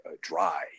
dry